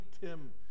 Tim